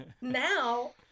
now